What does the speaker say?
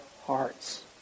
hearts